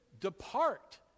depart